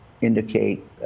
indicate